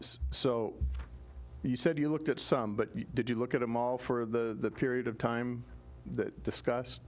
so you said you looked at some but did you look at them all for the period of time that discussed